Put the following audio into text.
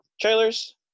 trailers